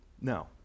No